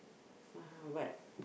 (uh huh) but